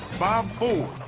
bob ford.